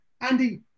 Andy